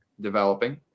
developing